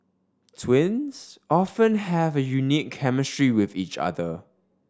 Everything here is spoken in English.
twins often have a unique chemistry with each other